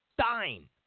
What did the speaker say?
Stein